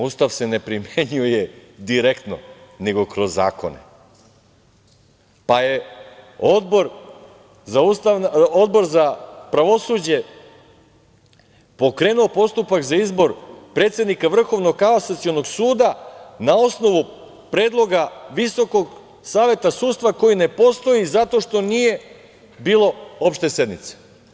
Ustav se ne primenjuje direktno nego kroz zakone, pa je Odbor za pravosuđe pokrenuo postupak za izbor predsednika Vrhovnog kasacionog suda na osnovu predloga Visokog saveta sudstva koji ne postoji zato što nije bilo opšte sednice.